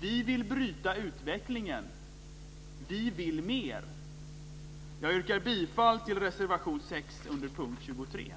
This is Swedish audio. "Vi vill bryta utvecklingen. Vi vill mer." Jag yrkar bifall till reservation 6 under punkt 23.